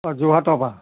অ যোৰহাটৰ পৰা